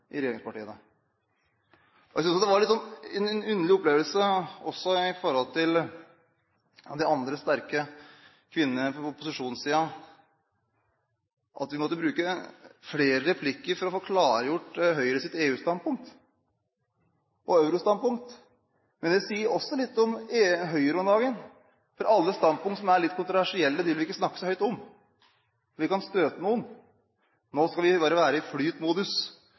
i regjeringspartiene. Jeg synes jo det var en litt underlig opplevelse også i forhold til de andre sterke kvinnene på opposisjonssiden at vi måtte bruke flere replikker for å få klargjort Høyres EU-standpunkt og eurostandpunkt. Men det sier også litt om Høyre om dagen, for alle standpunkt som er litt kontroversielle, vil de ikke snakke så høyt om, for de kan støte noen. Nå skal en bare være i